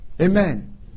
Amen